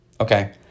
Okay